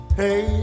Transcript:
hey